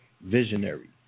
Visionary